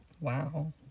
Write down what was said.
Wow